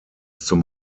zum